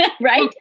Right